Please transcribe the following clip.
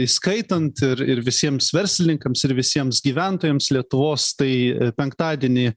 įskaitant ir ir visiems verslininkams ir visiems gyventojams lietuvos tai penktadienį